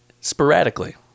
sporadically